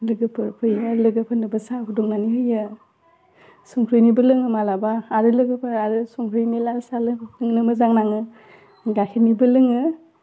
लोगोफोर फैयो लोगोफोरनोबो साहा फुदुंनानै होयो संख्रिनिबो लोङो मालाबा आरो लोगोफ्रा आरो संख्रिनि लाल साहा लों नो मोजां नाङो गाखेरनिबो लोङो